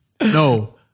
No